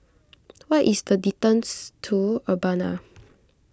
what is the distance to Urbana